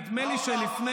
נדמה לי שלפני,